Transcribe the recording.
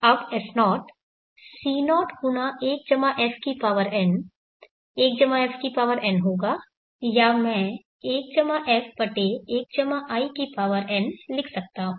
अब S0 C01fn 1fn होगा या मैं 1 f1 in लिख सकता हूं